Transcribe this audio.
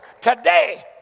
today